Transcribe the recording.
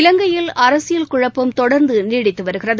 இலங்கையில் அரசியல் குழப்பம் தொடர்ந்து நீடித்து வருகிறது